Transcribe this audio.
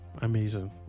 amazing